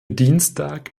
dienstag